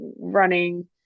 running